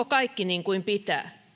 kaikki niin kuin pitää